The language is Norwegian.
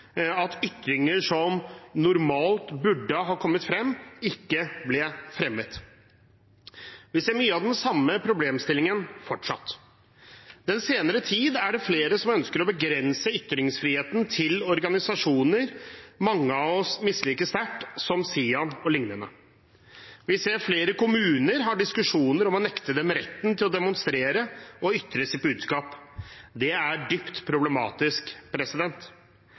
at ytringer som normalt burde ha kommet frem, ikke ble fremmet. Vi ser mye av den samme problemstillingen fortsatt. Den senere tid er det flere som har ønsket å begrense ytringsfriheten til organisasjoner mange av oss misliker sterkt, som SIAN o.l. Vi ser at flere kommuner har diskusjoner om å nekte dem retten til å demonstrere og ytre sitt budskap. Det er dypt problematisk.